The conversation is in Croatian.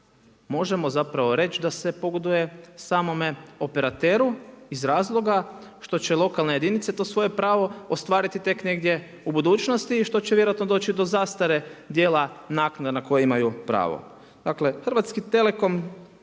možemo zapravo reći da se pogoduje samome operateru, iz razloga što će lokalne jedinice, to svoje pravo ostvariti tek negdje u budućnosti i što će vjerojatno doći do zastare, dijela nakane na koje imaju pravo.